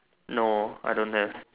no I don't have